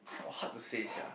hard to say sia